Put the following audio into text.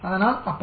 அதனால் அப்படி